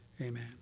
Amen